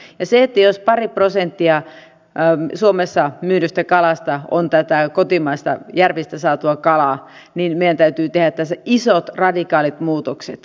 ja jos pari prosenttia suomessa myydystä kalasta on tätä kotimaista järvistä saatua kalaa niin meidän täytyy tehdä tässä isot radikaalit muutokset